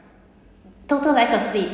total lack of sleep